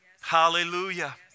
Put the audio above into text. Hallelujah